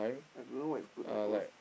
I don't know what is good net worth